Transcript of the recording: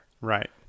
Right